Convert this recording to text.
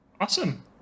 Awesome